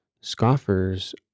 Scoffers